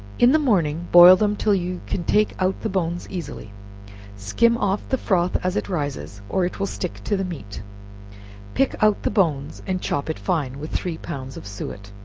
in the morning, boil them till you can take out the bones easily skim off the froth as it rises, or it will stick to the meat pick out the bones, and chop it fine, with three pounds of suet.